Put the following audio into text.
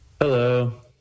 Hello